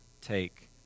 take